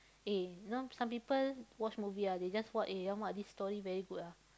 eh you know some people watch movie ah they just what eh this story very good ah